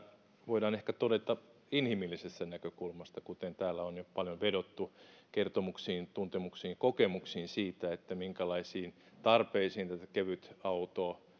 voidaan ehkä todeta inhimillisestä näkökulmasta kuten täällä on jo paljon vedottu kertomuksiin tuntemuksiin kokemuksiin siitä minkälaisiin tarpeisiin tätä kevytautoa